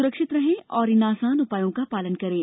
सुरक्षित रहें और इन आसान उपायों का पालन करें